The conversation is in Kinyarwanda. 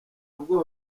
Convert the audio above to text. ubwoya